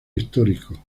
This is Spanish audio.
histórico